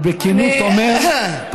הוא בכנות אומר,